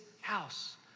house